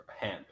hemp